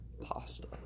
Pasta